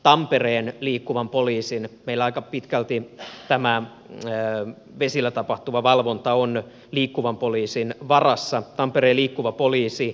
tampereen liikkuva poliisi meillä aika pitkälti tämä vesillä tapahtuva valvonta on liikkuvan poliisin varassa tampere liikkuva poliisi